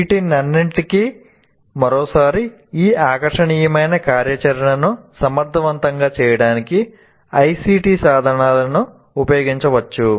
వీటన్నింటికీ మరోసారి ఈ ఆకర్షణీయమైన కార్యాచరణను సమర్థవంతంగా చేయడానికి ICT సాధనాలను ఉపయోగించవచ్చు